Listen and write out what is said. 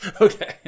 Okay